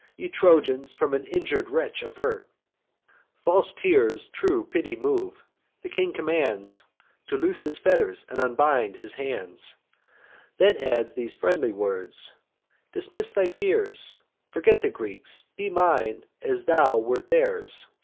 ye trojans, from an injur'd wretch avert false tears true pity move the king commands to loose his fetters, and unbind his hands then adds these friendly words dismiss thy fears forget the greeks be mine as thou wert theirs.